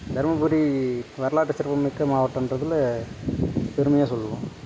தருமபுரி வரலாற்று சிறப்புமிக்க மாவட்டோன்றதுல பெருமையாக சொல்லுவோம்